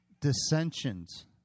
dissensions